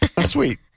Sweet